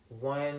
one